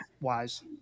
Wise